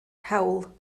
hewl